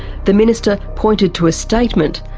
the minister pointed to a statement,